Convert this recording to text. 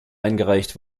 eingereicht